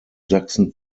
sachsen